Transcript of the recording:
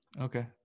Okay